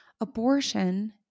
Abortion